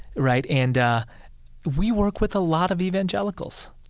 right. and we work with a lot of evangelicals,